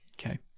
Okay